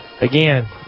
Again